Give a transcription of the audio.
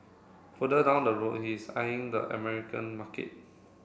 further down the road he is eyeing the American market